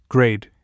grade